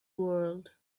world